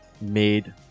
made